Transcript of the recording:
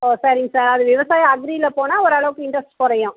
ஓ சரிங்க சார் அது விவசாயம் அக்ரியில் போனால் ஓரளவுக்கு இன்ட்ரெஸ்ட் குறையும்